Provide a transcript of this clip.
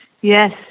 yes